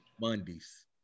Mondays